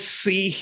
see